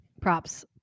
Props